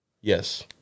Yes